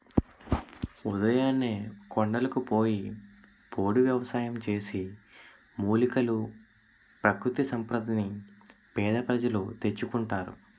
ఉదయాన్నే కొండలకు పోయి పోడు వ్యవసాయం చేసి, మూలికలు, ప్రకృతి సంపదని పేద ప్రజలు తెచ్చుకుంటారు